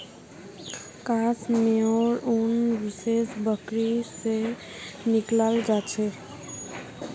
कश मेयर उन विशेष बकरी से निकलाल जा छे